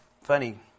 funny